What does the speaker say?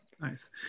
nice